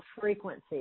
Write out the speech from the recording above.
frequency